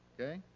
okay